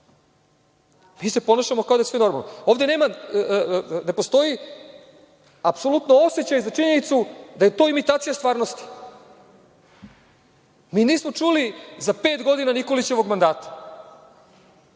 Mi se ponašamo kao da je sve normalno. Ovde apsolutno ne postoji osećaj za činjenicu da je to imitacija stvarnosti. Nismo čuli za pet godina Nikolićevog mandata